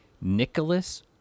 Nicholas